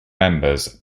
members